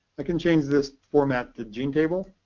i can change this format to gene table,